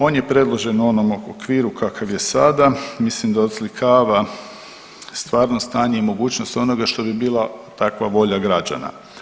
On je predložen u onom okviru kakav je sada, mislim da oslikava stvarno stanje i mogućnost onoga što bi bilo takva volja građana.